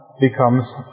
becomes